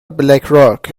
بلکراک